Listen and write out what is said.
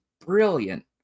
brilliant